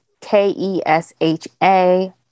k-e-s-h-a